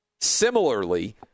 Similarly